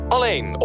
Alleen